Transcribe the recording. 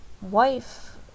wife